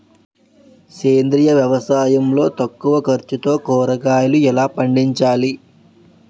సేంద్రీయ వ్యవసాయం లో తక్కువ ఖర్చుతో కూరగాయలు ఎలా పండించాలి?